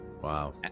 Wow